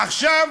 עכשיו,